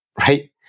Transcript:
Right